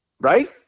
Right